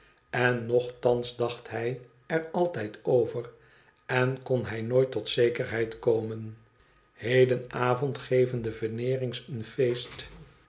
en dochuns dacht hij er altijd over en kon hij nooit tot zekerheid komen heden avond geven de veneerings een feest